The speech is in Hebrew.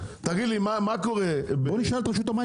תגיד לי מה קורה --- בוא נשאל את רשות המים,